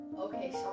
okay